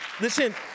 Listen